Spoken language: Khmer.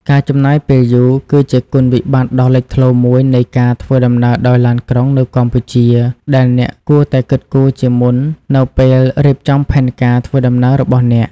ការចំណាយពេលយូរ គឺជាគុណវិបត្តិដ៏លេចធ្លោមួយនៃការធ្វើដំណើរដោយឡានក្រុងនៅកម្ពុជា ដែលអ្នកគួរតែគិតគូរជាមុននៅពេលរៀបចំផែនការធ្វើដំណើររបស់អ្នក។